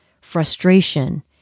frustration